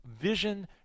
vision